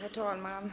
Herr talman!